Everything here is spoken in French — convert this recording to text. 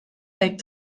becs